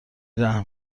رحم